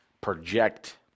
project